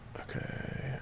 Okay